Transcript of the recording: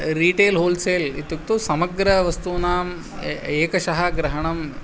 retail wholesale इत्युक्तौ समग्रवस्तूनां एकशः ग्रहणं